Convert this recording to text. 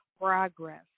progress